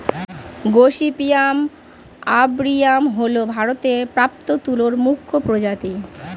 gossypium arboreum হল ভারতে প্রাপ্ত তুলোর মুখ্য প্রজাতি